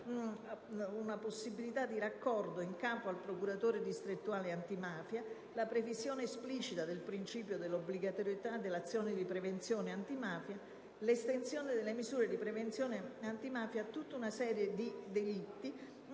una possibilità di raccordo in capo al procuratore distrettuale antimafia; la previsione esplicita del principio dell'obbligatorietà dell'azione di prevenzione antimafia; l'estensione delle misure di prevenzione antimafia a tutta una serie di delitti,